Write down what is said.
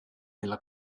nella